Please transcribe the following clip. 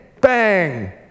bang